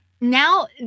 Now